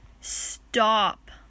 Stop